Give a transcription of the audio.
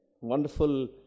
Wonderful